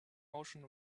motion